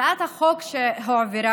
הצעת החוק שהועברה,